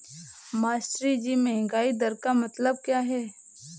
मास्टरजी महंगाई दर का मतलब क्या है?